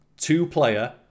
two-player